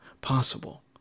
possible